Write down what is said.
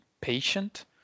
patient